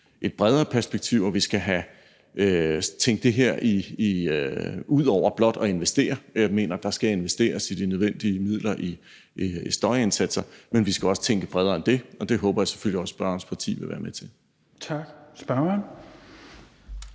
et bredere perspektiv, og at vi skal tænke på det ud over blot at investere i det. Jeg mener, at der skal investeres de nødvendige midler til støjindsatser, men vi skal også tænke bredere end det. Det håber jeg selvfølgelig også at spørgerens parti vil være med til. Kl. 16:11